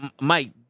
Mike